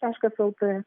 taškas lt